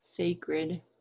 sacred